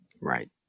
Right